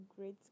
great